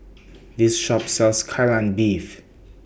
This Shop sells Kai Lan Beef